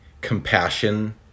Compassion